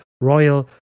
royal